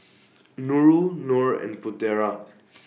Nurul Nor and Putera